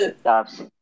stops